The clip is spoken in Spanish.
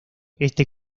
este